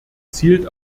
zielt